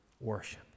worship